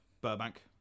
Burbank